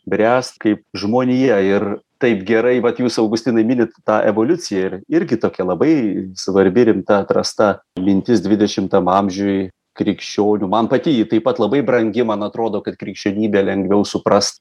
bręst kaip žmonija ir taip gerai vat jūs augustinai minit tą evoliuciją ir irgi tokia labai svarbi rimta atrasta mintis dvidešimtam amžiui krikščionių man pati ji taip pat labai brangi man atrodo kad krikščionybė lengviau supras